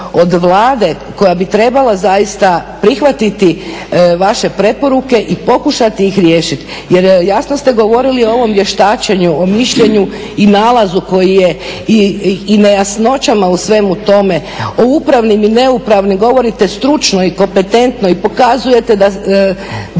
od Vlade koja bi trebala prihvatiti vaše preporuke i pokušati ih riješiti jer jasno ste govorili o ovom vještačenju i mišljenju i nalazu koji je i nejasnoćama u svemu tome, o upravnim i neupravnim. Govorite stručno i kompetentno i pokazujete da